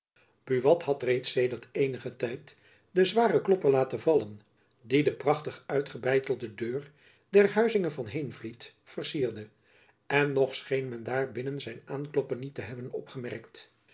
buat had reeds sedert eenigen tijd den zwaren klopper laten vallen die de prachtig uitgebeitelde deur der huizinge van heenvliet vercierde en nog scheen men daar binnen zijn aankloppen niet te hebben opgemerkt